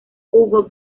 hugo